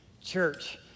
church